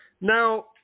Now